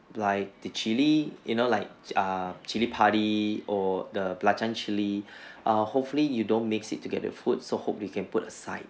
like the chilli you know like err chilli padi or the belacan chilli err hopefully you don't mix it together foods so hope you can put aside